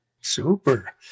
Super